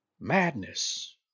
Madness